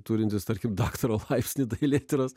turintys tarkim daktaro laipsnį dailėtyros